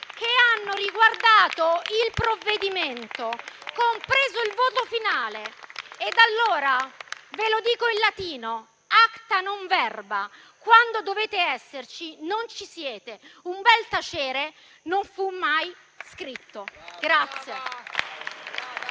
che hanno riguardato il provvedimento, compreso il voto finale. Allora ve lo dico in latino: *acta, non verba*. Quando dovete esserci, non ci siete. Un bel tacere non fu mai scritto.